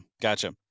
Gotcha